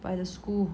by the school